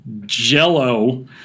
jello